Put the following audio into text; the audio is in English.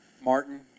Martin